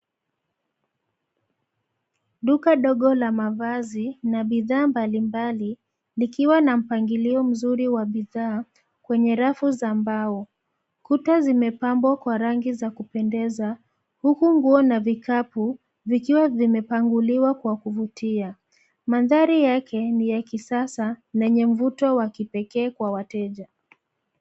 Duka dogo la mavazi na bidhaa mbali mbali likiwa na mpangilio mzuri wa bidhaa kwenye rafu za mbao. Kuta zimepambwa kwa rangi za kupendeza huku nguo na vikapu vikiwa vimepanguliwa kwa kuvutia. Mandhari yake ni ya kisasa na yenye mvuto wa kipekee kwa wateja.